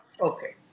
Okay